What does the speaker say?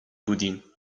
بودیم